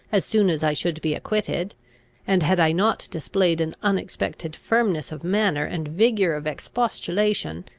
as soon as i should be acquitted and had i not displayed an unexpected firmness of manner and vigour of expostulation,